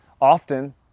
often